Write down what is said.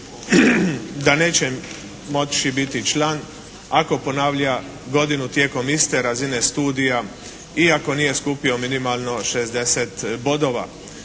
da neće moći biti član ako ponavlja godinu tijekom iste razine studija i ako nije skupio minimalno 60 bodova.